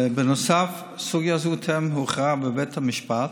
בנוסף, סוגיה זו טרם הוכרעה בבית המשפט,